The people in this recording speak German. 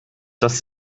dass